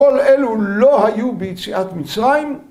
כל אלו לא היו ביציאת מצרים